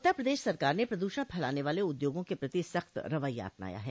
उत्तर प्रदेश सरकार ने प्रदूषण फैलाने वाले उद्योगों के प्रति सख्त रवैया अपनाया है